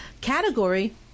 category